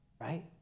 right